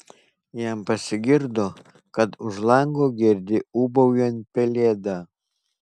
jam pasigirdo kad už lango girdi ūbaujant pelėdą